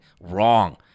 wrong